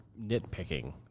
nitpicking